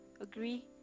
agree